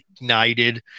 ignited